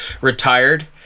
retired